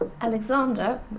Alexander